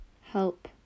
help